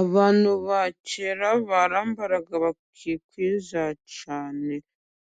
Abantu ba kera barambaraga bakikwiza cyane,